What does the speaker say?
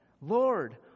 Lord